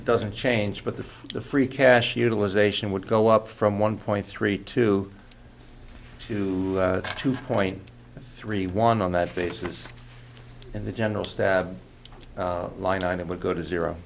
doesn't change but the free cash utilization would go up from one point three two to two point three one on that basis and the general staff line it would go to zero